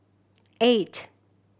eight